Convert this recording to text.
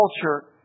culture